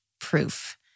proof